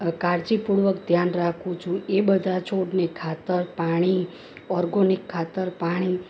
કાળજીપૂર્વક ધ્યાન રાખું છું એ બધા છોડને ખાતર પાણી ઓર્ગોનિક ખાતર પાણી